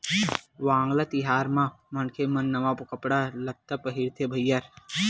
वांगला तिहार म मनखे मन नवा कपड़ा लत्ता पहिरथे भईर